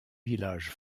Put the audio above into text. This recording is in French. village